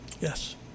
Yes